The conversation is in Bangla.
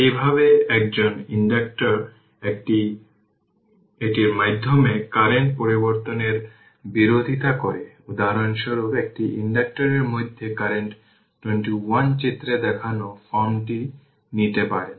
এইভাবে একজন ইন্ডাক্টর এটির মাধ্যমে কারেন্ট পরিবর্তনের বিরোধিতা করে উদাহরণস্বরূপ একটি ইন্ডাক্টরের মাধ্যমে কারেন্ট 21a চিত্রে দেখানো ফর্মটি নিতে পারে